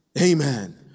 Amen